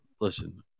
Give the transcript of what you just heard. listen